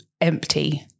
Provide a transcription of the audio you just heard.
empty